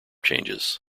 changes